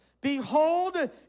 Behold